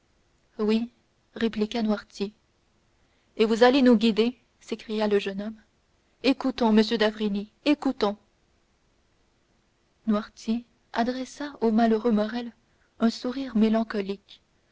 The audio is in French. oui répliqua noirtier et vous allez nous guider s'écria le jeune homme écoutons m d'avrigny écoutons noirtier adressa au malheureux morrel un sourire mélancolique